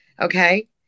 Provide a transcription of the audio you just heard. okay